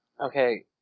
Okay